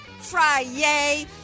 Fry-yay